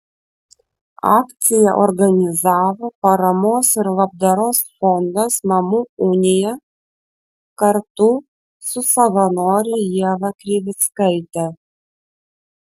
akciją organizavo paramos ir labdaros fondas mamų unija kartu su savanore ieva krivickaite